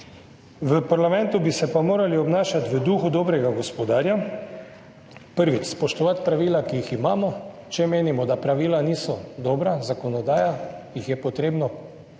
V parlamentu bi se pa morali obnašati v duhu dobrega gospodarja. Prvič, spoštovati pravila, ki jih imamo. Če menimo, da pravila niso dobra, zakonodaja, jih je potrebno